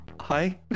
hi